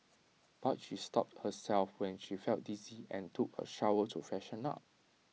but she stopped herself when she felt dizzy and took A shower to freshen up